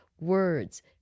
words